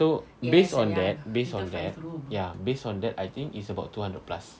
so based on that based on that ya based on that I think is about two hundred plus